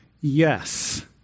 yes